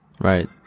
right